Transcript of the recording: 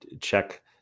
check